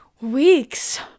weeks